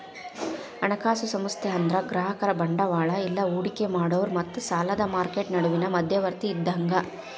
ಹಣಕಾಸು ಸಂಸ್ಥೆ ಅಂದ್ರ ಗ್ರಾಹಕರು ಬಂಡವಾಳ ಇಲ್ಲಾ ಹೂಡಿಕಿ ಮಾಡೋರ್ ಮತ್ತ ಸಾಲದ್ ಮಾರ್ಕೆಟ್ ನಡುವಿನ್ ಮಧ್ಯವರ್ತಿ ಇದ್ದಂಗ